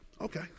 Okay